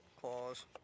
claws